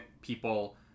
people